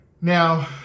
Now